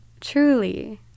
Truly